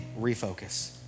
refocus